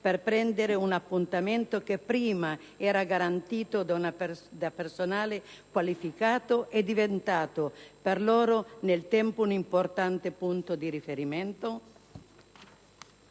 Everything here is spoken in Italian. per prendere un appuntamento che prima era garantito da un personale qualificato e diventato, per loro, nel tempo, un importante punto di riferimento?